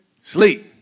Sleep